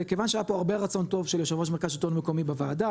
וכיוון שהיה פה הרבה רצון טוב של יושב ראש מרכז שלטון מקומי בוועדה,